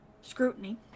scrutiny